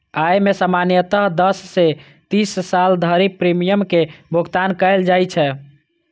अय मे सामान्यतः दस सं तीस साल धरि प्रीमियम के भुगतान कैल जाइ छै